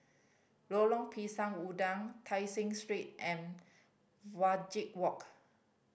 Lorong Pisang Udang Tai Seng Street and Wajek Walk